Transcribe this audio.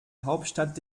hauptstadt